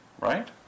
right